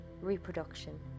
reproduction